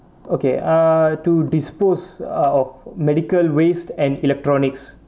okay ah to dispose ah of medical waste and electronics